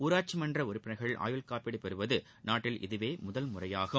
ஊராட்சி மன்ற உறுப்பினர்கள் ஆயுள் காப்பீட்டு பெறுவது நாட்டில் இதுவே முதல் முறையாகும்